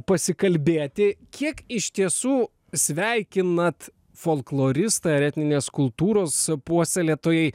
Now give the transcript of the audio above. pasikalbėti kiek iš tiesų sveikinat folkloristai ar etninės kultūros puoselėtojai